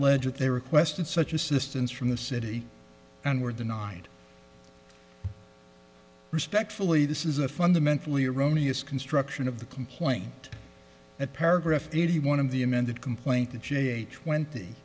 legit they requested such assistance from the city and were denied respectfully this is a fundamentally erroneous construction of the complaint at paragraph eighty one of the amended complaint the ga twenty